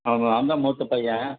ஆமாம் அவன் தான் மூத்த பையன்